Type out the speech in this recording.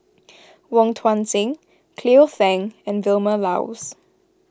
Wong Tuang Seng Cleo Thang and Vilma Laus